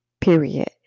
Period